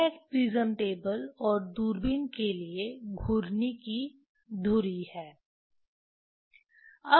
यह prism table और दूरबीन के लिए घूर्णी की धुरी है